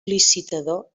licitador